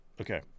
Okay